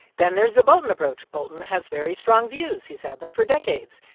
then there's the bolton approach. bolton has very strong views. he's had them for decades.